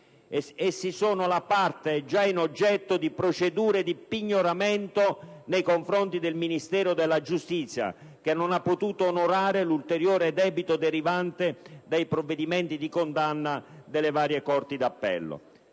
Questa parte è già oggetto di procedure di pignoramento nei confronti del Ministero della giustizia, che non ha potuto onorare l'ulteriore debito derivante dai provvedimenti di condanna delle varie corti d'appello.